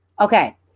okay